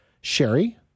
Sherry